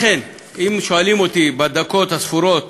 לכן, אם שואלים אותי, בדקות הספורות